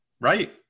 Right